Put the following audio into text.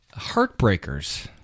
Heartbreakers